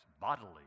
bodily